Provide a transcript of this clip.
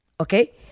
okay